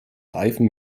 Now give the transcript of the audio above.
reifen